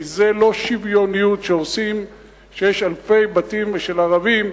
כי זה לא שוויוניות שהורסים כשיש אלפי בתים של ערבים,